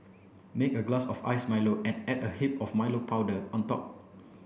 make a glass of iced Milo and add a heap of Milo powder on top